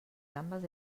gambes